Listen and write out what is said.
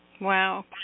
Wow